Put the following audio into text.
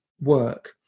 work